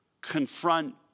confront